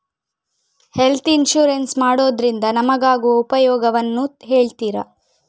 Health insurance ಮಾಡೋದ್ರಿಂದ ನಮಗಾಗುವ ಉಪಯೋಗವನ್ನು ಹೇಳ್ತೀರಾ?